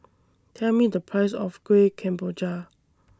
Tell Me The Price of Kuih Kemboja